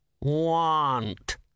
Want